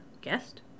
guest